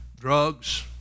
Drugs